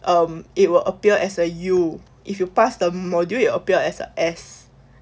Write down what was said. um it will appear as a U if you pass the module you appear as a S